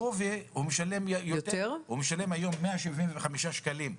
הוא משלם היום 175 שקלים לחודש.